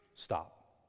Stop